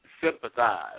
sympathize